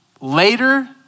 later